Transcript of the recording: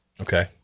Okay